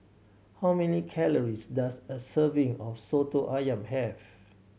how many calories does a serving of Soto Ayam have